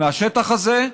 מהשטח הזה,